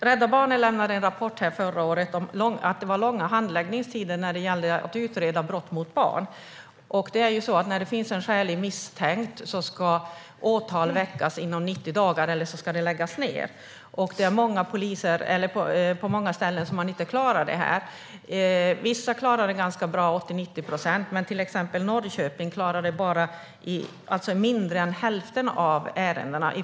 Rädda Barnen lämnade en rapport förra året om att det är långa handläggningstider när det gäller att utreda brott mot barn. När det finns en skäligen misstänkt person ska åtal väckas inom 90 dagar, eller så ska ärendet läggas ned. På många ställen klarar man inte det här. Vissa klarar det ganska bra, till 80-90 procent, men till exempel Norrköping klarar det bara till 48 procent, alltså mindre än hälften av ärendena.